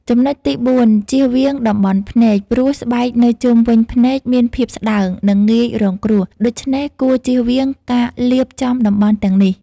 ចំណុចទីបួន ជៀសវាងតំបន់ភ្នែក ព្រោះស្បែកនៅជុំវិញភ្នែកមានភាពស្ដើង និងងាយរងគ្រោះ ដូច្នេះគួរជៀសវាងការលាបចំតំបន់ទាំងនេះ។